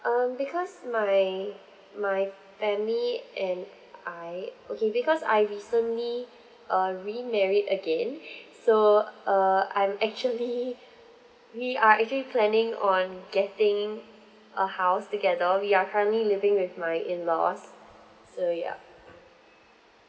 um because my my family and I okay because I recently uh remarried again so err I'm actually we are actually planning on getting a house together we are currently living with my in-laws so ya